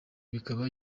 bikaba